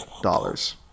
dollars